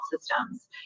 systems